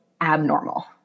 abnormal